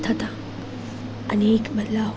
થતાં અનેક મલાઓ